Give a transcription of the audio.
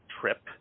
trip